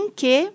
que